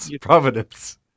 providence